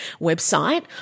website